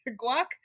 Guac